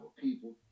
people